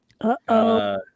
Uh-oh